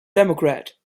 democrat